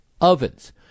ovens